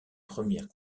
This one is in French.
premières